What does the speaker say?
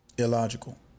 Illogical